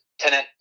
Tenant